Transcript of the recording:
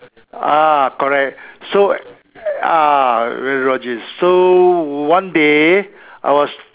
ah correct so ah radiologist so one day I was